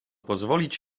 pozwolić